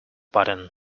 button